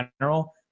general